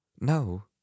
No